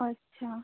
আচ্ছা